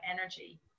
energy